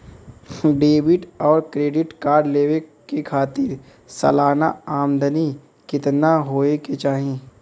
Debit और credit card लेवे के खातिर सलाना आमदनी कितना हो ये के चाही?